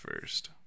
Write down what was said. first